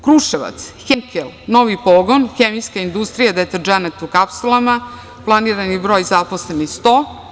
Kruševac, "Henkel" novi pogon, hemijska industrija deterdženata u kapsulama, planirani broj zaposlenih 100.